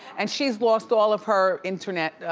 and she's lost all of her internet,